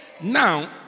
Now